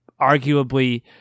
arguably